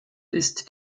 ist